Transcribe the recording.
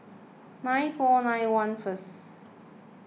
nine four nine one first